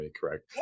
Correct